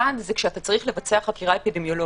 1. כשאתה צריך לבצע חקירה אפידמיולוגית,